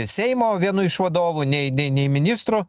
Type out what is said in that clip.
seimo vienu iš vadovų nei nei nei ministru